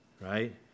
right